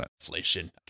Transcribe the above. inflation